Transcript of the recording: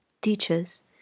Teachers